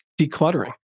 decluttering